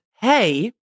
hey